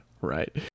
Right